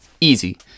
Easy